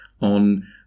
on